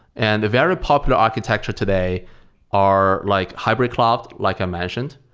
and a very popular architecture today are like hybrid cloud, like i mentioned.